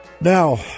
Now